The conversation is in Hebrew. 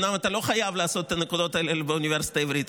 אומנם אתה לא חייב לעשות את הנקודות האלה באוניברסיטה העברית,